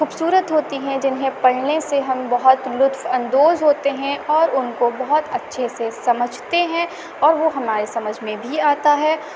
خوبصورت ہوتی ہیں جنہیں پڑھنے سے ہم بہت لطف اندوز ہوتے ہیں اور ان کو بہت اچھے سے سمجھتے ہیں اور وہ ہمارے سمجھ میں بھی آتا ہے